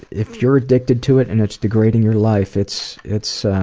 if you're addicted to it and it's degrading your life. it's it's